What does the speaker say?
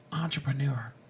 entrepreneur